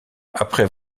après